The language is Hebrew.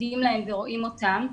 עדים להם ורואים אותם.